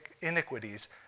iniquities